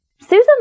Susan